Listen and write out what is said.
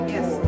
Yes